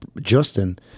Justin